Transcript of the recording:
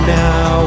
now